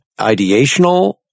ideational